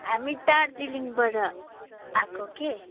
हामी दार्जिलिङबाट आएको के